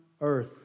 earth